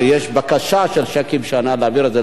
שהצעה שכל כולה בתחום ההתמחות של